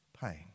pain